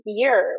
year